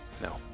No